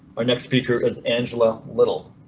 our next speaker is angela little.